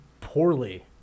poorly